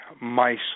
mice